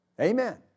Amen